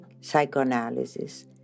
psychoanalysis